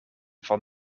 van